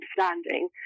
understanding